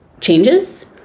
changes